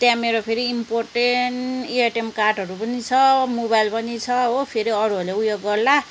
त्यहाँ मेरो फेरि इम्पोर्टेन्ट एटिएम कार्डहरू पनि छ मोबाइल पनि छ हो फेरि अरूहरूले उयो गर्ला